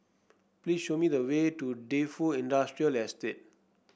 please show me the way to Defu Industrial Estate